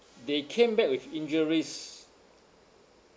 they came back with injuries